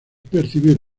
percibir